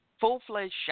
full-fledged